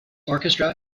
orchestra